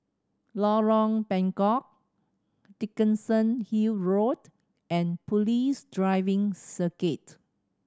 Lorong Bengkok Dickenson Hill Road and Police Driving Circuit